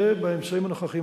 זה באמצעים הנוכחיים.